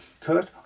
Kurt